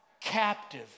captive